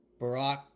Barack